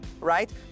right